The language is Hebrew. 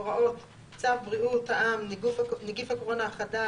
(2)הוראות צו בריאות העם (נגיף הקורונה החדש)